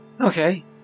Okay